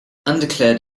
undeclared